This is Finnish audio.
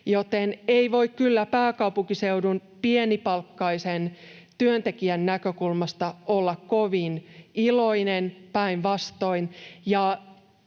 Joten ei voi kyllä pääkaupunkiseudun pienipalkkaisen työntekijän näkökulmasta olla kovin iloinen, päinvastoin.